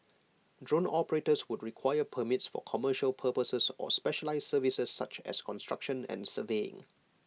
drone operators would require permits for commercial purposes or specialised services such as construction and surveying